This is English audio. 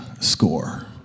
score